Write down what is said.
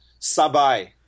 sabai